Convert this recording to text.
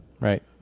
Right